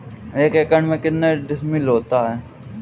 एक एकड़ में कितने डिसमिल होता है?